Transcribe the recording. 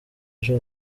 ejo